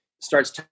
starts